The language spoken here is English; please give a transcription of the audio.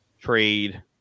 trade